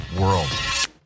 world